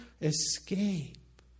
escape